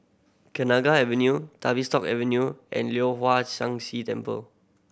Kenanga Avenue Tavistock Avenue and Leong Hwa Sang Si Temple